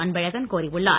அன்பழகன் கோரியுள்ளார்